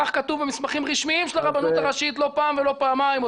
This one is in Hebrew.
כך כתוב במסמכים רשמיים של הרבנות הראשית לא פעם ולא פעמיים,